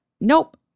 nope